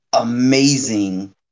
amazing